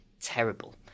terrible